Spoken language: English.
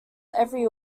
every